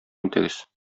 итегез